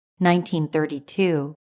1932